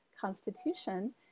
constitution